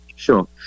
sure